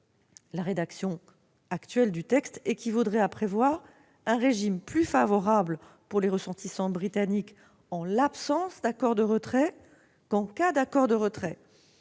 la rédaction actuelle du texte équivaudrait à prévoir un régime plus favorable pour les ressortissants britanniques en l'absence d'accord de retrait qu'en cas d'accord de retrait.